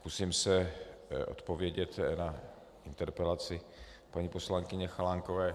Pokusím se odpovědět na interpelaci paní poslankyně Chalánkové.